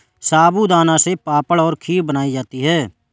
साबूदाना से पापड़ और खीर बनाई जाती है